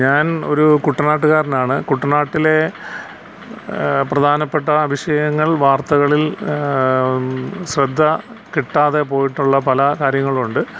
ഞാൻ ഒരു കുട്ടനാട്ടുകാരനാണ് കുട്ടനാട്ടിലെ പ്രധാനപ്പെട്ട വിഷയങ്ങൾ വാർത്തകളിൽ ശ്രദ്ധ കിട്ടാതെ പോയിട്ടുള്ള പല കാര്യങ്ങളുണ്ട്